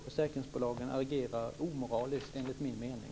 Försäkringsbolagen agerar omoraliskt, enligt min mening.